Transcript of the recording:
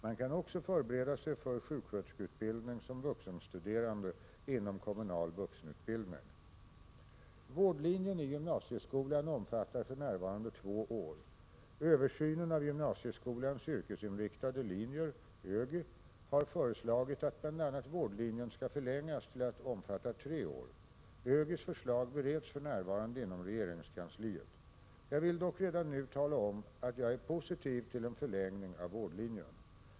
Man kan också förbereda sig för sjuksköterskeutbildningen såsom vuxenstuderande inom kommunal vuxenutbildning. Vårdlinjen i gymnasieskolan omfattar för närvarande två år. Översynen av gymnasieskolans yrkesinriktade linjer har föreslagit att bl.a. vårdlinjen skall förlängas till att omfatta tre år. ÖGY:s förslag bereds för närvarande inom regeringskansliet. Jag vill dock redan nu tala om att jag är positiv till en förlängning av vårdlinjen.